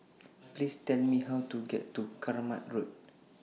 Please Tell Me How to get to Kramat Road